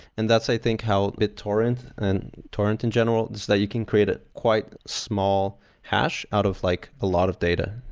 and that's i think how bittorrent and torrent in general that you can create a quite small hash out of like a lot of data,